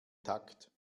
takt